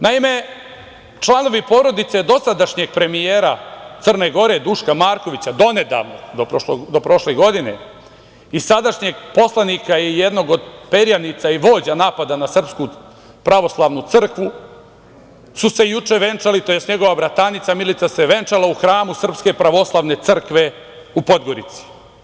Naime, članovi porodice dosadašnjeg premijera Crne Gore, Duška Markovića, donedavnog, do prošle godine i sadašnjeg poslanika i jednog od perjanica i vođa napada na SPC su se juče venčali, tj. njegova bratanica Milica se venčala u hramu SPC u Podgorici.